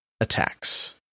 attacks